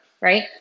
right